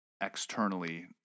externally